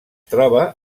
troba